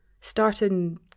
starting